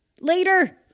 Later